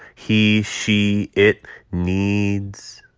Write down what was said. he she it needs